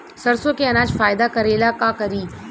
सरसो के अनाज फायदा करेला का करी?